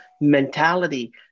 mentality